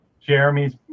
Jeremy's